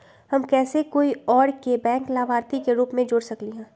हम कैसे कोई और के बैंक लाभार्थी के रूप में जोर सकली ह?